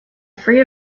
free